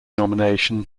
nomination